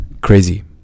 crazy